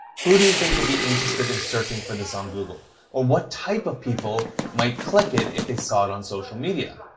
who do you think would be interested in searching for this on google, or what type of people might click it if they saw it on social media?